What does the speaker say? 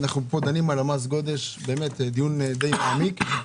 אנחנו דנים פה על מס גודש בדיון מעמיק למדי,